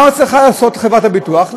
מה עוד צריכה לעשות חברת הביטוח?